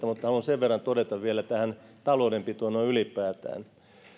mutta haluan sen verran todeta vielä tähän taloudenpitoon noin ylipäätään